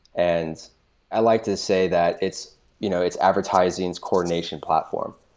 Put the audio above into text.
and i like to say that it's you know it's advertising's coordination platform,